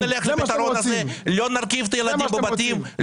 לא נלך לפתרון הזה, לא נרקיב את הילדים בבתים.